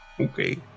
Okay